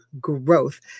growth